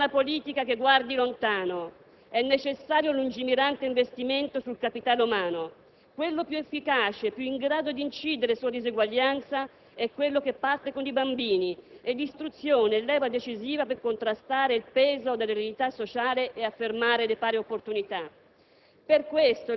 C'è bisogno di una politica che guardi lontano; è necessario un lungimirante investimento sul capitale umano: quello più efficace e più in grado di incidere sulla diseguaglianza è quello che parte con i bambini e l'istruzione è leva decisiva per contrastare il peso dell'eredità sociale e affermare le pari opportunità.